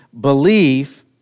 belief